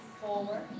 forward